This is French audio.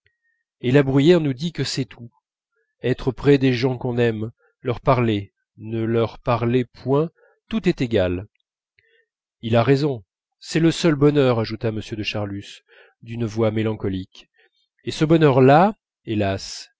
et la bruyère nous dit que c'est tout être près des gens qu'on aime leur parler ne leur parler point tout est égal il a raison c'est le seul bonheur ajouta m de charlus d'une voix mélancolique et ce bonheur-là hélas